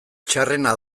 txarrena